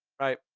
right